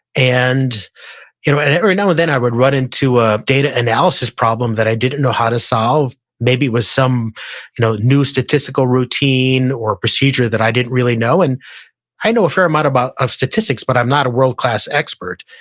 and you know and every now and then i would run into a data analysis problem that i didn't know how to solve, maybe with some you know new statistical routine or procedure that i didn't really know. and i know a fair amount of statistics, but i'm not a world-class expert.